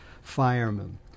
firemen